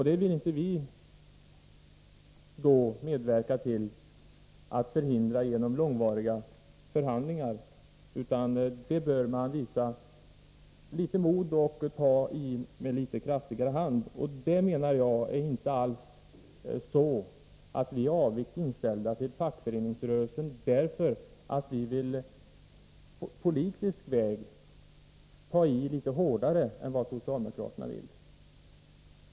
Det vill vi inte medverka till att förhindra genom långvariga förhandlingar, utan här bör man visa ett visst mått av mod och ta i med litet kraftigare hand. Vi är inte alls avogt sinnade mot fackföreningsrörelsen för att vi på politisk väg vill ta i litet hårdare än vad socialdemokraterna vill.